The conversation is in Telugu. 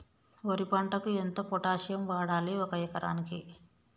వరి పంటకు ఎంత పొటాషియం వాడాలి ఒక ఎకరానికి?